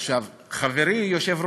אבקשך להיות